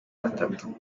batatu